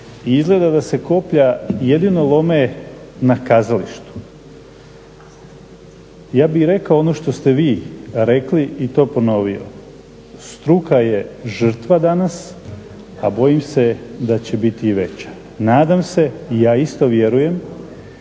izgleda da se koplja jedino lome na kazalištu. Ja bih rekao ono što ste vi rekli i to ponovio, struka je žrtva danas, a bojim se da će biti i veća. Nadam se i ja isto vjerujem